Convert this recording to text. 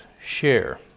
share